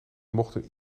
mochten